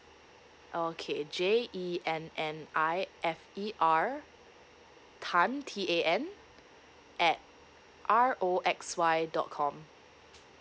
okay J E N N I F E R tan T A N at R O X Y dot com